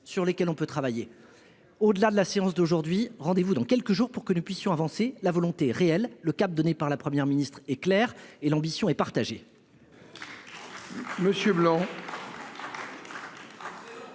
sur lesquelles on peut travailler ! Alors, au-delà de la séance d'aujourd'hui, je vous donne rendez-vous dans quelques jours pour que nous puissions avancer : la volonté est réelle, le cap donné par la Première ministre est clair et l'ambition est partagée